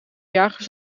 jagers